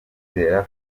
kwizera